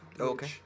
Okay